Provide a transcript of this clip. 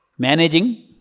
Managing